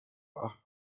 acht